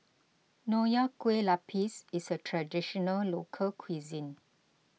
Nonya Kueh Lapis is a Traditional Local Cuisine